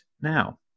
now